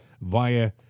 via